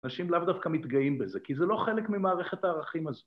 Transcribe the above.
‫אנשים לאו דווקא מתגאים בזה, ‫כי זה לא חלק ממערכת הערכים הזאת.